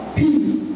peace